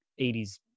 80s